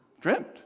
dreamt